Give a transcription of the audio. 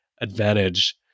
advantage